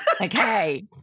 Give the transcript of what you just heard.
Okay